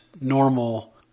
normal